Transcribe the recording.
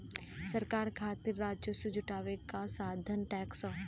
सरकार खातिर राजस्व जुटावे क साधन टैक्स हौ